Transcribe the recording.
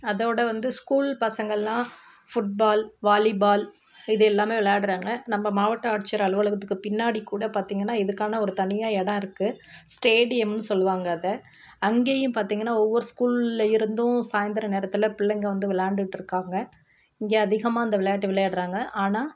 அதைவிட வந்து ஸ்கூல் பசங்கெல்லாம் ஃபுட்பால் வாலிபால் இது எல்லாமே விளையாடுறாங்க நம்ம மாவட்ட ஆட்சியர் அலுவலகத்துக்கு பின்னாடி கூட பார்த்திங்கன்னா இதுக்கான ஒரு தனியாக இடம் இருக்குது ஸ்டேடியம்னு சொல்லுவாங்கள் அதை அங்கேயும் பார்த்திங்கன்னா ஒவ்வொரு ஸ்கூல்ல இருந்தும் சாயந்தர நேரத்தில் பிள்ளைங்கள் வந்து விளாண்டுட்டு இருக்காங்கள் இங்கே அதிகமாக அந்த விளையாட்டு விளையாடுறாங்க ஆனால்